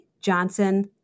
Johnson